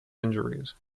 injuries